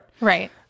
Right